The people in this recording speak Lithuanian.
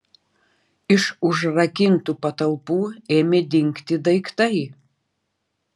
iš užrakintų patalpų ėmė dingti daiktai